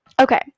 Okay